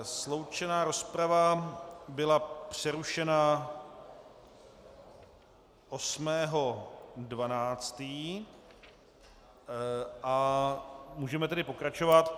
Sloučená rozprava byla přerušena 8. 12. a můžeme tedy pokračovat.